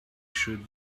should